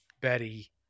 Betty